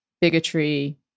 bigotry